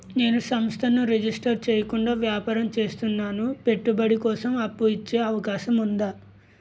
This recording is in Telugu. నేను సంస్థను రిజిస్టర్ చేయకుండా వ్యాపారం చేస్తున్నాను పెట్టుబడి కోసం అప్పు ఇచ్చే అవకాశం ఉందా?